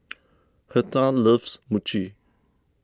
Hertha loves Mochi